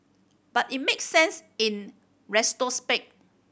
but it makes sense in